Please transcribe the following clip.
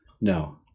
No